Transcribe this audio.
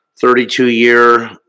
32-year